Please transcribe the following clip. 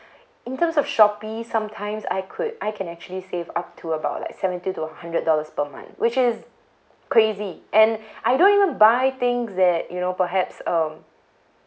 in terms of shopee sometimes I could I can actually save up to about like seventy to a hundred dollars per month which is crazy and I don't even buy things that you know perhaps um